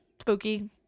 spooky